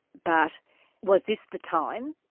but was this the time?